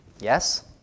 Yes